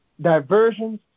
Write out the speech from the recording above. diversions